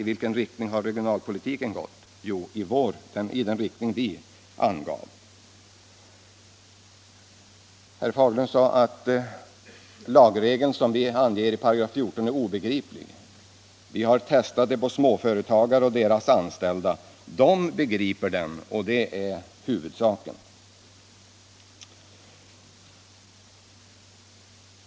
I vilken riktning har regionalpolitiken gått? Jo, i den riktning vi angav. Herr Fagerlund sade att den lagregel vi anger i 14 § är obegriplig. Vi har testat den på småföretagare och deras anställda. De begriper den, och det är huvudsaken.